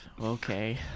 okay